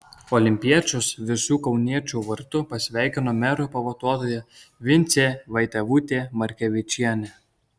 olimpiečius visų kauniečių vardu pasveikino mero pavaduotoja vincė vaidevutė margevičienė